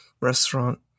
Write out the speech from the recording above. restaurant